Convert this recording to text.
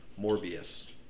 Morbius